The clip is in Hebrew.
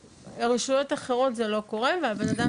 ברשויות אחרות זה לא קורה והבן אדם